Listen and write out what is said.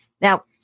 Now